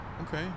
Okay